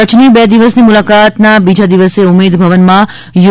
કચ્છની બે દિવસની મુલાકાતના બીજા દિવસે ઉમેદભવનમાં યુ